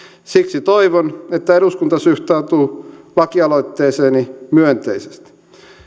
siksi toivon että eduskunta suhtautuu lakialoitteeseeni myönteisesti